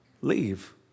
leave